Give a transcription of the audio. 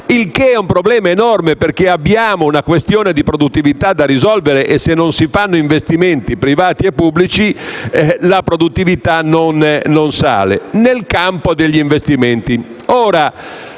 il che è un problema enorme perché abbiamo una questione di produttività da risolvere e, se non si fanno investimenti privati e pubblici, la produttività non sale? Nel campo degli investimenti.